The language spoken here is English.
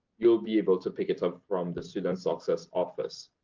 you'll be able to pick it up from the student success office.